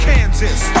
Kansas